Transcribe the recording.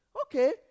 Okay